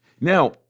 Now